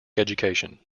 education